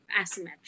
asymmetric